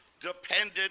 dependent